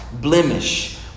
blemish